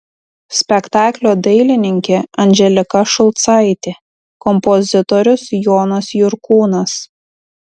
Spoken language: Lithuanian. spektaklio dailininkė andželika šulcaitė kompozitorius jonas jurkūnas